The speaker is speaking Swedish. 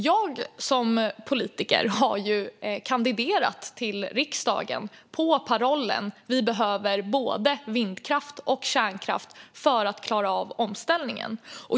Jag som politiker har kandiderat till riksdagen på parollen: Vi behöver både vindkraft och kärnkraft för att klara av omställningen.